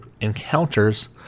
encounters